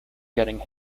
getting